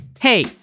Hey